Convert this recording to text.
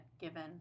given